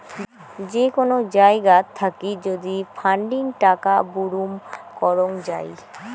যে কোন জায়গাত থাকি যদি ফান্ডিং টাকা বুরুম করং যাই